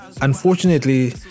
Unfortunately